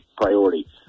priority